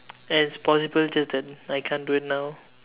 and it's possible just that I can't do it now